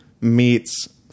meets